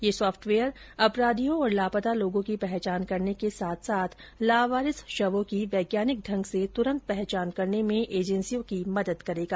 यह सॉफ्टवेयर अपराधियों और लापता लोगों की पहचान करने के साथ साथ लावारिस शवों की वैज्ञानिक ढंग से तूरंत पहचान करने में एजेंसियों की मदद करेगा